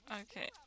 Okay